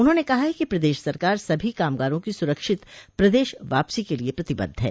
उन्होंने कहा है कि प्रदेश सरकार सभी कामगारों की सुरक्षित प्रदेश वापसी के लिए प्रतिबद्ध है